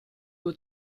will